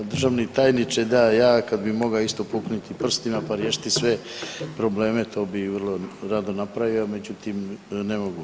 Evo državni tajniče, da ja kad bih mogao isto puknuti prstima pa riješiti sve probleme to bih vrlo rado napravio, međutim ne mogu.